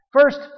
First